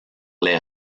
les